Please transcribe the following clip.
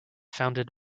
founded